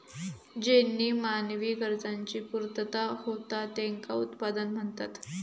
ज्येनीं मानवी गरजांची पूर्तता होता त्येंका उत्पादन म्हणतत